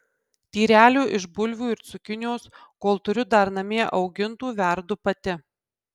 tyrelių iš bulvių ir cukinijos kol turiu dar namie augintų verdu pati